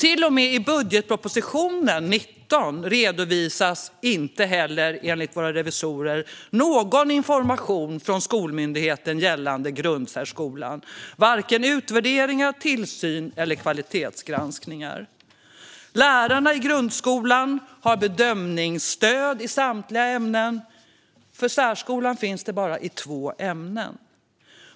Inte heller i budgetpropositionen 2019 redovisas, enligt våra revisorer, någon information från skolmyndigheten gällande grundsärskolan - vare sig utvärderingar, tillsyn eller kvalitetsgranskningar. Lärarna i grundskolan har bedömningsstöd i samtliga ämnen. För särskolan finns det bara i två ämnen.